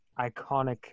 iconic